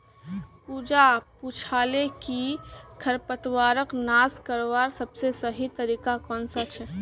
पूजा पूछाले कि खरपतवारक नाश करवार सबसे सही तरीका कौन सा छे